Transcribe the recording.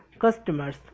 customers